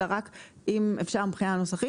אלא רק אם אפשר מבחינה נוסחית,